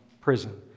prison